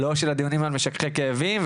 לא של הדיונים על משככי כאבים,